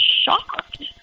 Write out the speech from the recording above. shocked